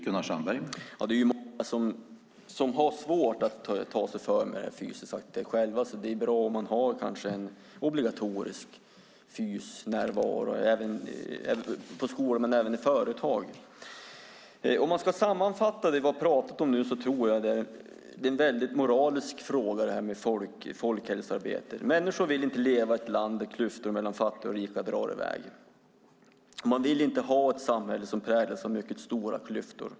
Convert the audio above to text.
Herr talman! Det är många som har svårt att ta sig för fysisk aktivitet själva, så det kan vara bra om man har obligatorisk fysnärvaro på skolorna och även i företag. För att sammanfatta det vi har pratat om nu tycker jag att folkhälsoarbete i hög grad är en moralisk fråga. Människor vill inte leva i ett land där klyftorna mellan fattiga och rika drar i väg. Man vill inte ha ett samhälle som präglas av mycket stora klyftor.